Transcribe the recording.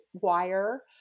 wire